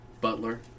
butler